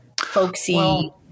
folksy